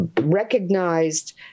recognized